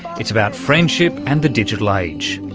it's about friendship and the digital age.